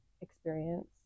experience